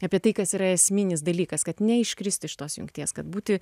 apie tai kas yra esminis dalykas kad neiškristi iš tos jungties kad būti